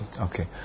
Okay